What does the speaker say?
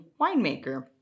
winemaker